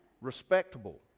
Respectable